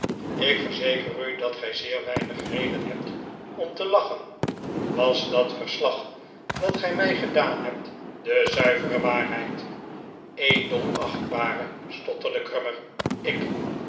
ik verzeker u dat gij zeer weinig reden hebt om te lachen was dat verslag dat gij mij gedaan hebt de zuivere waarheid edelachtbare stotterde grummer ik